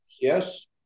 yes